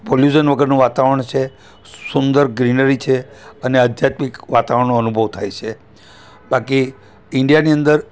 pollution વગરનું વાતાવરણ છે સુંદર ગ્રીનરી છે અને આધ્યાત્મિક વાતાવરણનો અનુભવ થાય છે બાકી ઈન્ડિયાની અંદર